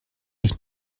ich